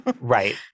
Right